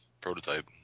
prototype